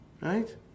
right